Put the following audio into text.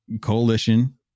Coalition